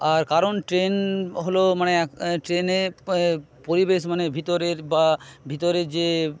আর কারণ ট্রেন হল মানে ট্রেনের পরিবেশ মানে ভিতরের বা ভিতরে যে